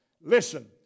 Listen